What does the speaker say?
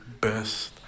best